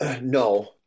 No